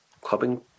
clubbing